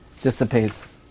dissipates